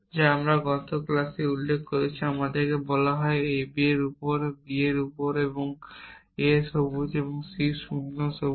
যা আমরা গত ক্লাসে উল্লেখ করেছি আমাদের বলা হয় যে A B এর উপর এবং B এর উপর এবং A সবুজ এবং C শূন্য সবুজ